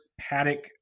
Paddock